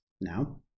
Now